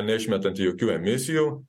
neišmetanti jokių emisijų